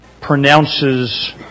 pronounces